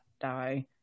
die